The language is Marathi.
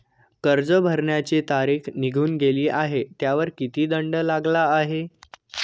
कर्ज भरण्याची तारीख निघून गेली आहे त्यावर किती दंड लागला आहे?